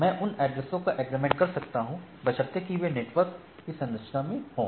मैं उन ऐड्रेशो का एग्रीगेशन कर सकता हूं बशर्ते कि वे नेटवर्क संरचना में हों